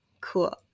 Cool